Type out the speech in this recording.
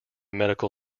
medical